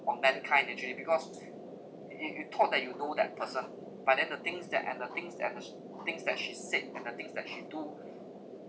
on mankind actually because you you thought that you know that person but then the things that and the things that ever sh~ things that she said and the things that she do